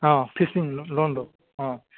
অঁ fishing loan লোনটো অঁ